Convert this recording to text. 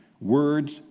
Words